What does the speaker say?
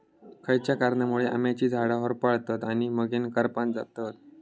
खयच्या कारणांमुळे आम्याची झाडा होरपळतत आणि मगेन करपान जातत?